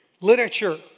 literature